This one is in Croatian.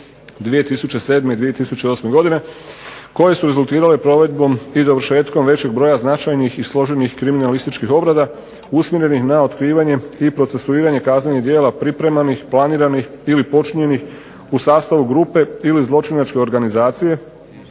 2007. i 2008. godine koje su rezultirale provedbom i završetkom većih broja značajnih i složenih kriminalističkih obrada usmjerenih na otkrivanje i procesuiranje kaznenih djela pripremanih, planiranih ili počinjenih u sastavu grupe ili zločinačke organizacije